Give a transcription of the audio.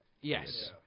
Yes